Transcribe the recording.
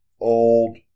old